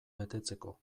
betetzeko